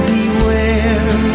Beware